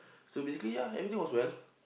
so basically ya everything was well